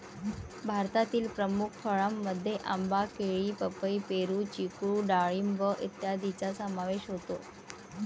भारतातील प्रमुख फळांमध्ये आंबा, केळी, पपई, पेरू, चिकू डाळिंब इत्यादींचा समावेश होतो